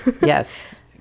Yes